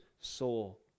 soul